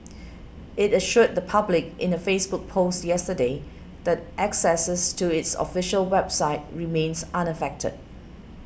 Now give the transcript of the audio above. it assured the public in a Facebook post yesterday that access to its official website remains unaffected